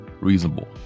reasonable